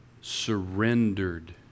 surrendered